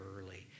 early